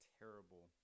terrible